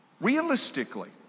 Realistically